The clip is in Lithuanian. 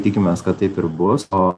tikimės kad taip ir bus o